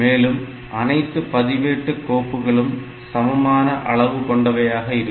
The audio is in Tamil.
மேலும் அனைத்து பதிவேட்டு கோப்புகளும் சமமான அளவு கொண்டவையாக இருக்கும்